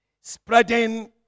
Spreading